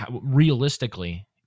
Realistically